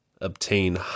obtain